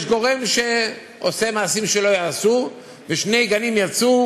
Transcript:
יש גורם שעושה מעשים שלא ייעשו, ושני גנים יצאו